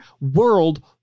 world